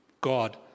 God